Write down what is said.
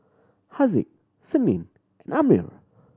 Haziq Senin Ammir